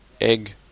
egg